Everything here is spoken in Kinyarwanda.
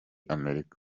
amerika